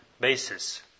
basis